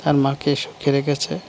তার মাকে সুখে রেখেছে